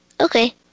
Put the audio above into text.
okay